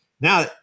Now